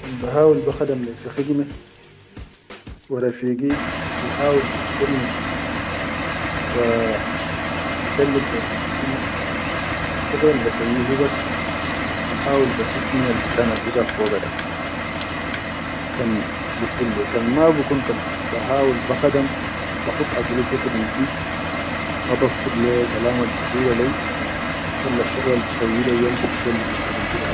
Kan ba hawil ba khadam leyi fi khidime wa rafigi bi hawil bisqulni wa bi tallif leyi khidimti, shuqulal basayyi hubas ba hawil ba kis minal bikan al hu gaid foga da kan bikun leyyi. Kan ma bikun, ba hawil ba khadam ba khud agilti fi khidimti ma bafkur le kalamal bigula leyi walla shuqulal be sayyi yom ta bi talif leyi khimdi.